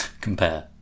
Compare